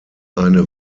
eine